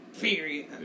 period